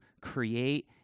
create